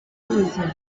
comisión